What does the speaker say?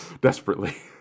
desperately